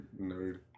nerd